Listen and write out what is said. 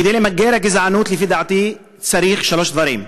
כדי למגר את הגזענות, לפי דעתי, צריך שלושה דברים: